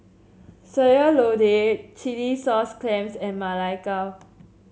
Sayur Lodeh Chilli Sauce Clams and Ma Lai Gao